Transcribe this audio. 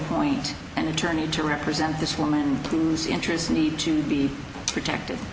appoint an attorney to represent this woman whose interests need to be protected